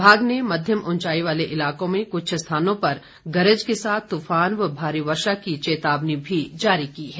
विभाग ने मध्यम उंचाई वाले इलाकों में कुछ स्थानों पर गरज के साथ तूफान व भारी वर्षा की चेतावनी भी जारी की है